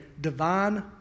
divine